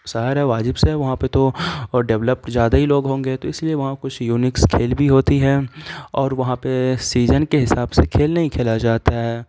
شہر ہے واجب سے ہے وہاں پہ تو ڈولپڈ زیادہ ہی لوگ ہوں گے تو اس لیے وہاں کچھ یونکس کھیل بھی ہوتی ہیں اور وہاں پہ سیجن کے حساب سے کھیل نہیں کھیلا جاتا ہے